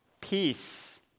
peace